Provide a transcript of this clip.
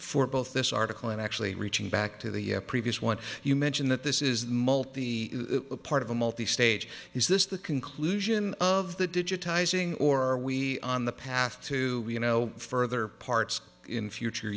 for both this article and actually reaching back to the previous one you mentioned that this is the mult the part of a multi stage is this the conclusion of the digitizing or are we on the path to no further parts in future